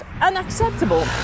unacceptable